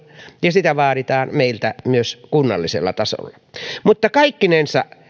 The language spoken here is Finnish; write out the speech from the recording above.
ja sitä vaaditaan meiltä myös kunnallisella tasolla kaikkinensa